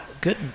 good